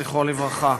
זכרו לברכה,